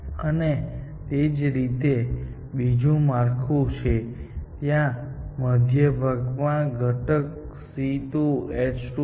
અને તે જ રીતે તે બીજું માળખું છે જ્યાં મધ્ય ભાગમાં ઘટક C2H5 છે